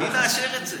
מי מאשר את זה?